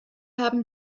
haben